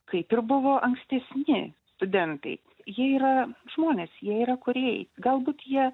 kaip ir buvo ankstesnieji studentai jie yra žmonės jie yra kūrėjai galbūt jie